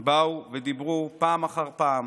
באו ודיברו פעם אחר פעם,